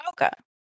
Okay